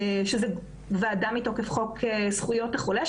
שזו ועדה מתוקף חוק זכויות החולה,